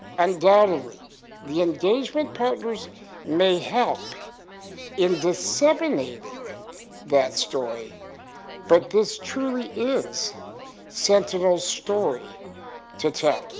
undoubtedly the engagement partners may help in disseminating that story but this truly is sentinel's story to tell,